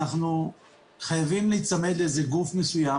אנחנו חייבים להיצמד לאיזה גוף מסוים